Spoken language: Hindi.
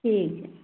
ठीक है